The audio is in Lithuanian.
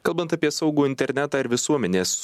kalbant apie saugų internetą ir visuomenės